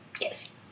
Yes